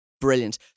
brilliant